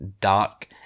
dark